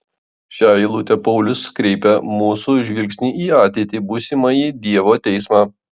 šia eilute paulius kreipia mūsų žvilgsnį į ateitį į būsimąjį dievo teismą